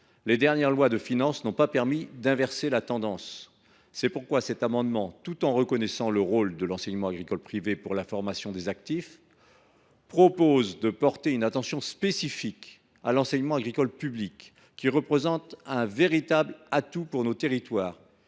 Les dernières lois de finances n’ont pas permis d’inverser la tendance. C’est pourquoi, avec cet amendement, et tout en reconnaissant le rôle de l’enseignement agricole privé dans la formation des actifs, nous portons une attention spécifique à l’enseignement agricole public, qui représente un véritable atout pour nos territoires